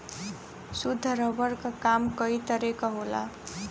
शुद्ध रबर क काम कई तरे क होला